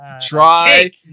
Try